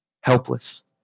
helpless